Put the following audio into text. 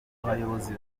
abayobozi